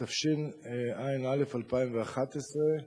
התשע"א 2011,